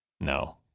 No